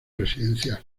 residencial